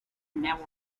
never